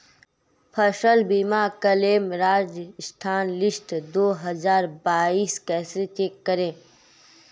फसल बीमा claim Rajasthan list दो हज़ार बाईस कैसे चेक करें?